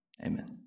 Amen